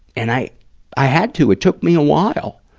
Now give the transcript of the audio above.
and i i had to. it took me a while.